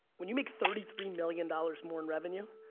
when you make thirty three million dollars more in revenue,